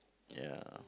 ya